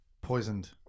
poisoned